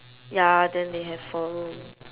ya then they have four room